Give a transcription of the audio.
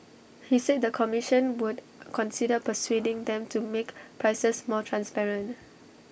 he said the commission would consider persuading them to make prices more transparent